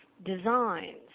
designs